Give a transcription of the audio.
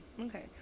okay